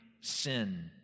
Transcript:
sin